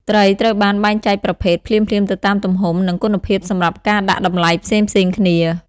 ត្រីត្រូវបាន បែងចែកប្រភេទ ភ្លាមៗទៅតាមទំហំ និងគុណភាពសម្រាប់ការដាក់តម្លៃផ្សេងៗគ្នា។